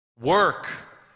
work